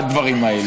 בדברים האלה.